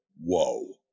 whoa